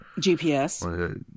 GPS